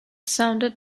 sounded